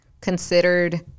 considered